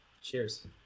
Cheers